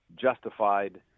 justified